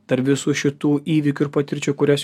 tarp visų šitų įvykių ir patirčių kurias